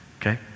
Okay